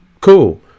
Cool